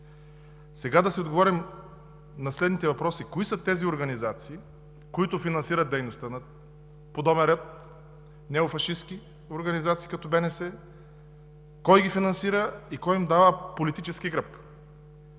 Сега да си отговорим на следните въпроси: кои са тези организации, които финансират дейността на подобен род неофашистки организации като БНС, кой ги финансира и кой им дава политически гръб?